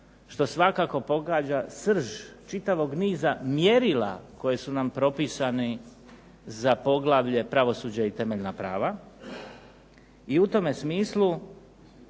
što svakako pogađa srž čitavog niza mjerila koji su nam propisani za poglavlje Pravosuđe i temeljna prava. I u tome smislu